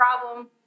problem